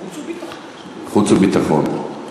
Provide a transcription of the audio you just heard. החוץ והביטחון.